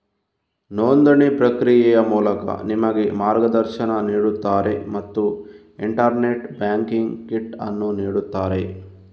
ನೋಂದಣಿ ಪ್ರಕ್ರಿಯೆಯ ಮೂಲಕ ನಿಮಗೆ ಮಾರ್ಗದರ್ಶನ ನೀಡುತ್ತಾರೆ ಮತ್ತು ಇಂಟರ್ನೆಟ್ ಬ್ಯಾಂಕಿಂಗ್ ಕಿಟ್ ಅನ್ನು ನೀಡುತ್ತಾರೆ